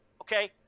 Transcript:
Okay